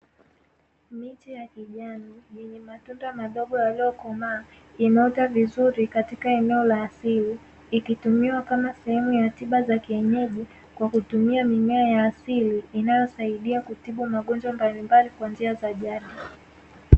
Miti ya kijani yenye matunda madogo yaliokomaa imeota vizuri katika eneo la asili. Ikitumiwa kama sehemu ya tiba za kienyeji kwa kutumia mimea ya asili inayotumiwa kutibu magonjwa mbalimbali kwa njia za jadi.